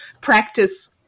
practice